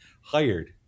hired